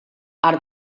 arc